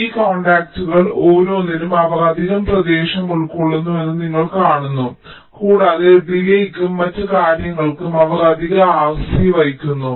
ഈ കോൺടാക്റ്റുകളിൽ ഓരോന്നും അവർ അധിക പ്രദേശം ഉൾക്കൊള്ളുന്നുവെന്ന് നിങ്ങൾ കാണുന്നു കൂടാതെ ഡിലേയ്ക്കും മറ്റ് കാര്യങ്ങൾക്കും അവർ അധിക RC വഹിക്കുന്നു